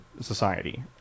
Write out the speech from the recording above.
society